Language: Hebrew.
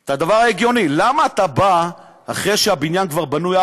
את הדבר ההגיוני: למה אתה בא אחרי שהבניין כבר בנוי,